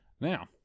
Now